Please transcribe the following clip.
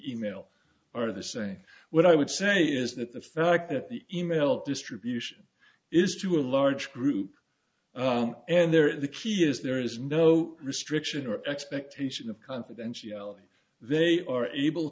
part of the saying what i would say is that the fact that the email distribution is to a large group and there is the key is there is no restriction or expectation of confidentiality they are able